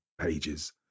pages